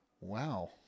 Wow